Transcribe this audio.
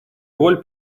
роль